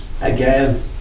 again